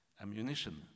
ammunition